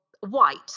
white